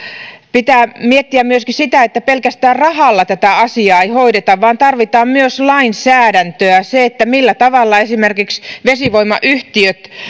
pitää miettiä myöskin sitä että pelkästään rahalla tätä asiaa ei hoideta vaan tarvitaan myös lainsäädäntöä millä tavalla esimerkiksi vesivoimayhtiöt